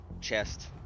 chest